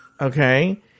okay